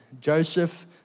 Joseph